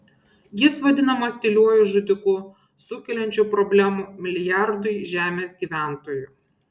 jis vadinamas tyliuoju žudiku sukeliančiu problemų milijardui žemės gyventojų